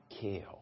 kale